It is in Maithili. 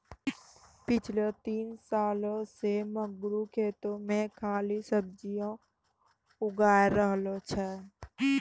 पिछला तीन सालों सॅ मंगरू खेतो मॅ खाली सब्जीए उगाय रहलो छै